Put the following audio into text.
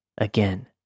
Again